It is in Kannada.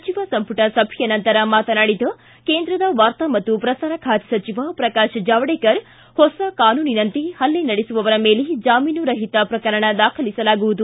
ಸಚಿವ ಸಂಪುಟ ಸಭೆಯ ನಂತರ ಮಾತನಾಡಿದ ಕೇಂದ್ರದ ವಾರ್ತಾ ಮತ್ತು ಪ್ರಸಾರ ಖಾತೆ ಸಚಿವ ಪ್ರಕಾಶ್ ಜಾವಡೇಕರ್ ಹೊಸ ಕಾನೂನಿನಂತೆ ಹಲ್ಲೆ ನಡೆಸುವವರ ಮೇಲೆ ಜಾಮೀನು ರಹಿತ ಶ್ರಕರಣ ದಾಖಲಿಸಲಾಗುವುದು